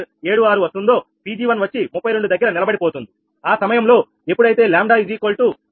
76 వస్తుందోPg1 వచ్చి 32 దగ్గర నిలబడిపోతుంది ఆ సమయంలో ఎప్పుడైతే 𝜆46